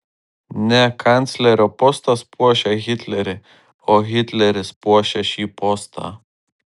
ne kanclerio postas puošia hitlerį o hitleris puošia šį postą